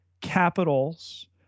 capitals